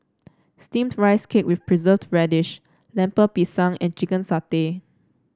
steamed Rice Cake with Preserved Radish Lemper Pisang and Chicken Satay